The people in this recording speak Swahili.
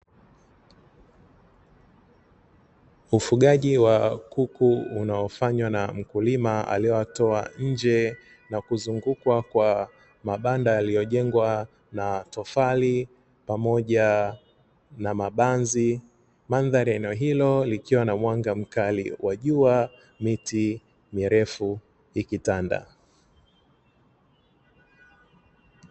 Ufugaji wa kuku unofanywa na mkulima aliyewatoa nje na kuzungukwa na mabanda yaliyojengea na tofali pamoja na mabanzi. Mandhari ya eneo hilo likiwa na mwanga mkali wa jua miti mirefu ikitanda.